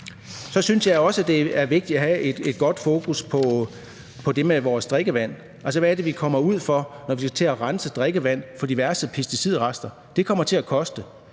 Så synes jeg også, at det er vigtigt at have et godt fokus på vores drikkevand. Altså, hvad er det, vi kommer ud for, når vi skal til at rense drikkevand for diverse pesticidrester. Det kommer til at koste.